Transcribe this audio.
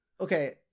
okay